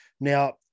Now